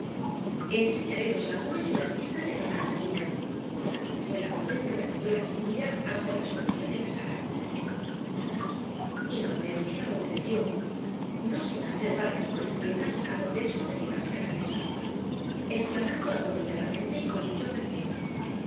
enséñale los álbumes y las vistas de granada niña fué la orden que recibió la chiquilla al salir su tía de la sala inocencia obedeció no sin hacer varias morisquetas á pretexto de llegarse á la mesa exclamando atropelladamente y con mucho ceceo